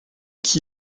qui